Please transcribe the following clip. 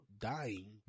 dying